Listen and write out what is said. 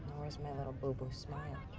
where's my little boo-boo smile?